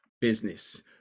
business